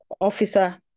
Officer